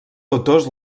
autors